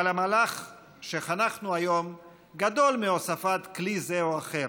אבל המהלך שחנכנו היום גדול מהוספת כלי זה או אחר,